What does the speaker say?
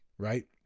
Right